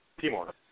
Timor